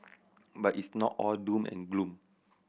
but it's not all doom and gloom